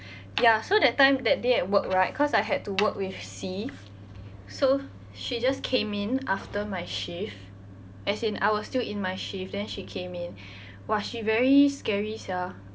ya so that time that day at work right cause I had to work with C so she just came in after my shift as in I was still in my shift then she came in !wah! she very scary sia